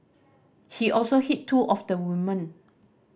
he also hit two of the woman